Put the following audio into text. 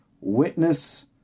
witness